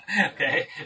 okay